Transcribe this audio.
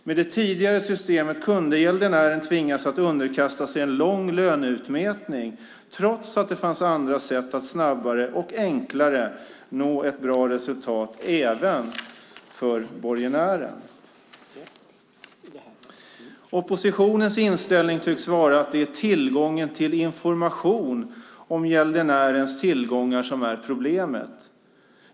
Med det tidigare systemet kunde gäldenären tvingas underkasta sig en lång löneutmätning, trots att det fanns andra sätt att snabbare och enklare nå ett bra resultat även för borgenären. Oppositionens inställning tycks vara att det är tillgången till information om gäldenärens tillgångar som är problemet.